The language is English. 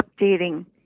updating